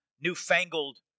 newfangled